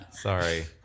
Sorry